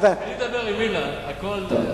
כשאני מדבר עם אילן, הכול, חברים,